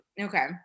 Okay